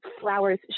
flowers